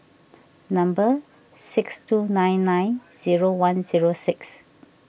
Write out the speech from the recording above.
number six two nine nine zero one zero six